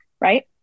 right